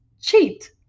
cheat